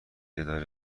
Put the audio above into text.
اداره